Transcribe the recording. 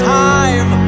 time